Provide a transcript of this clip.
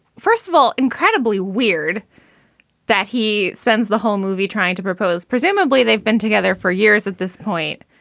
first of all, incredibly weird that he spends the whole movie trying to propose. presumably they've been together for years at this point.